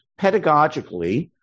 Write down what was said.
pedagogically